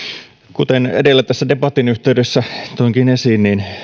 kuten edellä tässä debatin yhteydessä toinkin esiin